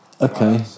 Okay